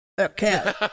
Okay